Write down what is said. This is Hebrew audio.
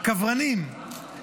הקברנים,